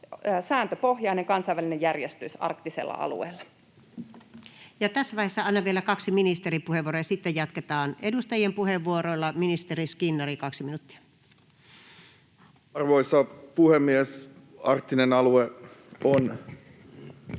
sääntöpohjainen kansainvälinen järjestys arktisella alueella. Ja tässä vaiheessa annan vielä kaksi ministeripuheenvuoroa, ja sitten jatketaan edustajien puheenvuoroilla. — Ministeri Skinnari, 2 minuuttia. Arvoisa puhemies! Arktinen alue on